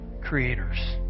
creators